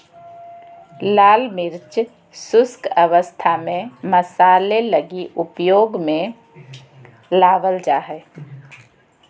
लाल मिर्च शुष्क अवस्था में मसाले लगी उपयोग में लाबल जा हइ